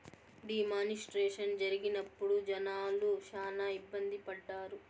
D మానిస్ట్రేషన్ జరిగినప్పుడు జనాలు శ్యానా ఇబ్బంది పడ్డారు